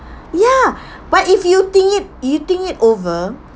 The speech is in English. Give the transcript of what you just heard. ya but if you think it you think it over